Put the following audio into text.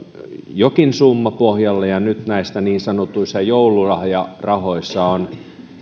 jokin summa pohjalle ja nyt näissä niin sanotuissa joululahjarahoissa on